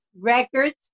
Records